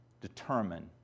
determine